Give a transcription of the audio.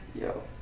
Yo